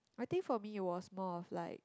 I think for me it was more of like